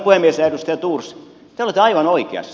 edustaja thors te olette aivan oikeassa